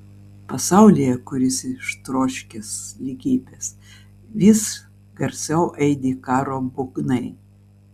pasaulyje kuris ištroškęs lygybės vis garsiau aidi karo būgnai